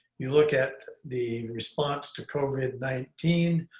you look at the response to covid nineteen,